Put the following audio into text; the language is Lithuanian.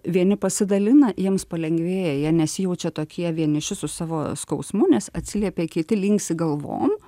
vieni pasidalina jiems palengvėja jie nesijaučia tokie vieniši su savo skausmu nes atsiliepia kiti linksi galvom